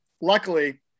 luckily